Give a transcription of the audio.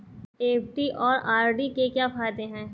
FD और RD के क्या फायदे हैं?